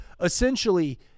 Essentially